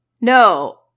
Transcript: No